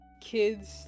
kids